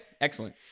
excellent